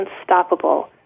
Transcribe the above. unstoppable